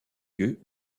lieu